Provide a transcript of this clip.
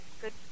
good